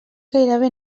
gairebé